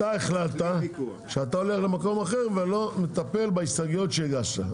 אתה החלטת שאתה הולך למקום אחר ולא מטפל בהסתייגויות שהגשת,